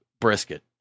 brisket